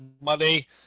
money